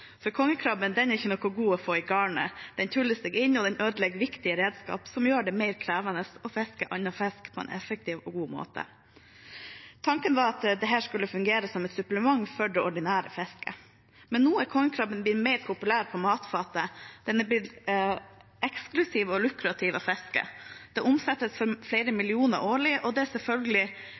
For kongekrabben er ikke noe god å få i garnet – den tuller seg inn, og den ødelegger viktige redskaper, noe som gjør det mer krevende å fiske annen fisk på en effektiv og god måte. Tanken var at dette skulle fungere som et supplement til det ordinære fisket. Nå er kongekrabben blitt mer populær på matfatet, den er blitt eksklusiv og lukrativ å fiske. Det omsettes for flere millioner årlig, og det er selvfølgelig